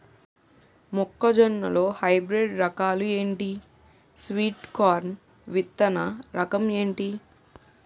మొక్క జొన్న లో హైబ్రిడ్ రకాలు ఎంటి? స్వీట్ కార్న్ విత్తన రకం ఏంటి?